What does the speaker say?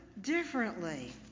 differently